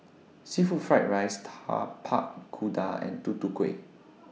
Seafood Fried Rice Tapak Kuda and Tutu Kueh